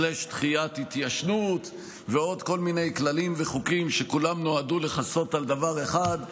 דחיית התיישנות ועוד כל מיני כללים וחוקים שכולם נועדו לכסות על דבר אחד,